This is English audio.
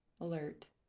alert